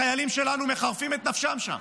החיילים שלנו מחרפים את נפשם שם.